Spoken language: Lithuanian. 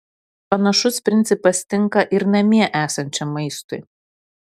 panašus principas tinka ir namie esančiam maistui